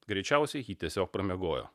greičiausiai ji tiesiog pramiegojo